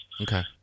Okay